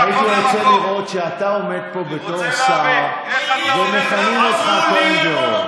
הייתי רוצה לראות שאתה עומד פה בתור שר ומכנים אותך "קנגורו".